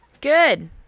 Good